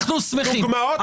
אנחנו שמחים,